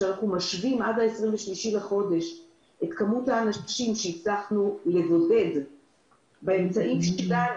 כשאנחנו משווים עד 23 במרץ את כמות האנשים שהצלחנו לבודד באמצעים שלנו,